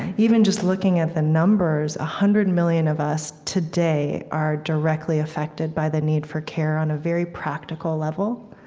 even just looking at the numbers, a hundred million of us today are directly affected by the need for care on a very practical level.